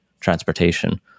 transportation